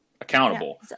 accountable